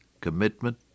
Commitment